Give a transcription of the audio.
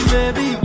Baby